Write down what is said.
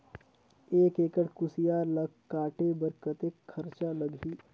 एक एकड़ कुसियार ल काटे बर कतेक खरचा लगही?